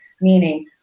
meaning